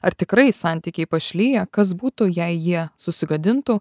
ar tikrai santykiai pašliję kas būtų jei jie susigadintų